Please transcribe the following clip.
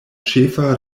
ĉefa